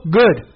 good